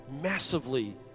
massively